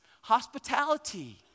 hospitality